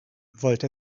wollte